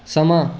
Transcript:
ਸਮਾਂ